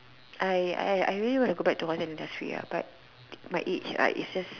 I I I really want to go back to hotel industry ah but my age ah is just